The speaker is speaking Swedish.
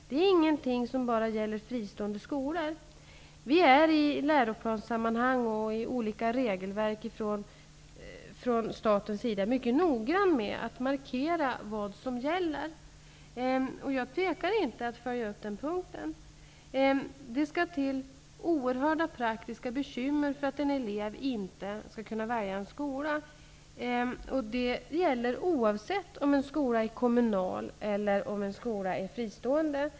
Detta är ingenting som bara gäller fristående skolor. I läroplanssammanhang och när det gäller olika regelverk från statens sida är vi mycket noggranna med att markera vad som gäller. Jag tvekar inte att följa upp den punkten. Det skall vara fråga om oerhörda praktiska bekymmer för att en elev inte skall kunna få välja en skola. Det gäller oavsett om en skola är kommunal eller fristående.